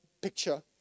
picture